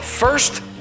First